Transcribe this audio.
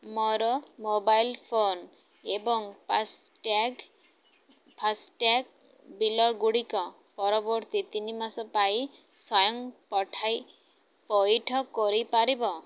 ମୋର mobile phone ଏବଂ FASTag ଫାସ୍ଟ୍ୟାଗ୍ର ବିଲଗୁଡ଼ିକ ପରବର୍ତ୍ତୀ ତିନି ମାସ ପାଇଁ ସ୍ଵୟଂ ପଇଠ କରିପାରିବ